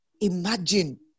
Imagine